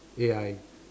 A_I